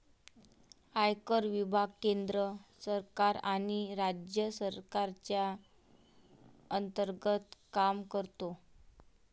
आयकर विभाग केंद्र सरकार आणि राज्य सरकारच्या अंतर्गत काम करतो